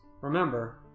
remember